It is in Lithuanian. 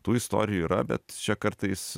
tų istorijų yra bet čia kartais